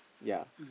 ya